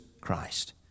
Christ